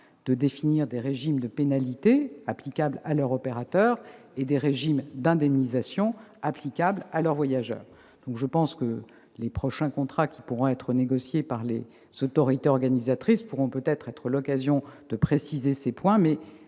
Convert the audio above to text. de définir des régimes de pénalités applicables à leurs opérateurs et des régimes d'indemnisation applicables à leurs voyageurs. La négociation des prochains contrats par les autorités organisatrices sera peut-être l'occasion de préciser ces points,